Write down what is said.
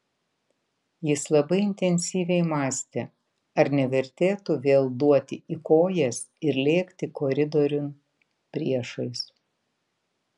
jis labai intensyviai mąstė ar nevertėtų vėl duoti į kojas ir lėkti koridoriun priešais